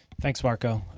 thanks, marco.